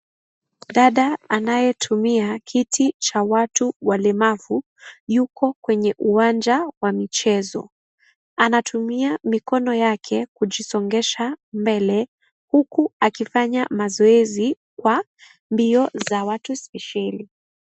Dada anayetumia kiti cha watu walemavu, yuko kwenye uwanja wa michezo. Anatumia mikono yake kujisongesha mbele, huku akifanya mazoezi wa mbio za watu spesheli.